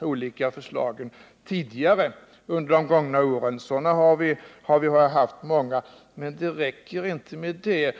olika förslagen tidigare under de gångna åren — sådana har vi haft många — men det räcker inte med det.